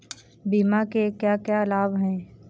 बीमा के क्या क्या लाभ हैं?